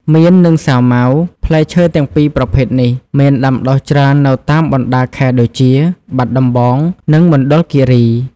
មៀន និងសាវម៉ាវ ផ្លែឈើទាំងពីរប្រភេទនេះមានដាំដុះច្រើននៅតាមបណ្តាខេត្តដូចជា បាត់ដំបង និងមណ្ឌលគិរី។